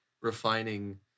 refining